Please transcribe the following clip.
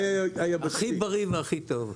הכי בריא והכי טוב.